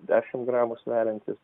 dešim gramų sveriantys